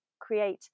create